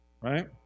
right